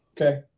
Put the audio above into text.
Okay